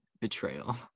betrayal